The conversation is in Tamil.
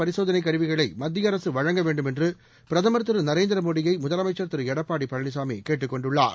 பரிசோதளை கருவிகளை மத்திய அரசு வழங்க வேண்டுமென்று பிரதமர் திரு நரேந்திரமோடியை முதலமைச்சர் திரு எப்பாடி பழனிசாமி கேட்டுக் கொண்டுள்ளார்